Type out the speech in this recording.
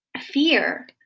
fear